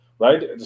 right